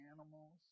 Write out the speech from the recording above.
animals